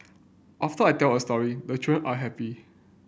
after I tell a story the children are happy